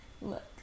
Look